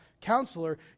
counselor